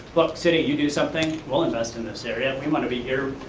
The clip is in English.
look, city you do something we'll invest in this area. if we wanna be here,